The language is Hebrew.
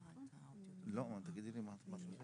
המכרז הזה הוא מכרז הפסד או לא מכרז הפסד.